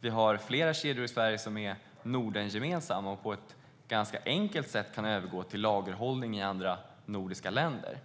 Vi har flera kedjor i Sverige som är Nordengemensamma och som på ett ganska enkelt sätt kan övergå till lagerhållning i andra nordiska länder.